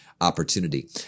opportunity